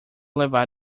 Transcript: levar